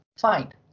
Fine